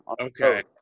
Okay